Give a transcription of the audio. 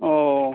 ও